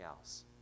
else